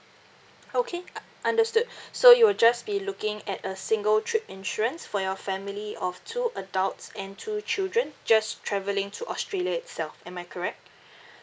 okay uh understood so you'll just be looking at a single trip insurance for your family of two adults and two children just traveling to australia itself am I correct